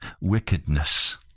wickedness